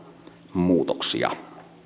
muutoksia